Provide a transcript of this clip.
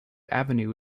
avenue